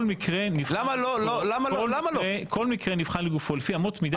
כל מקרה נבדק לגופו לפי אמות מידה.